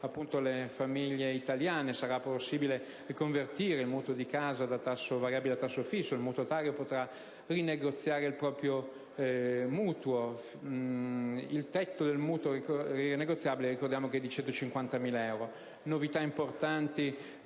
le famiglie italiane. Sarà possibile riconvertire il mutuo di casa da tasso variabile a tasso fisso; il mutuatario potrà rinegoziare il proprio mutuo; il tetto del mutuo rinegoziabile è di 150.000 euro. Novità importanti